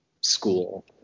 school